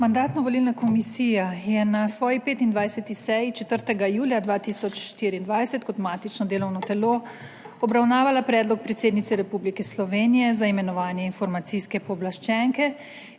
Mandatno-volilna komisija je na svoji 25. seji 4. julija 2024 kot matično delovno telo obravnavala Predlog predsednice Republike Slovenije za imenovanje informacijske pooblaščenke,